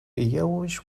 yellowish